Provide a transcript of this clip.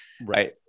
Right